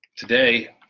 today,